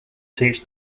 teach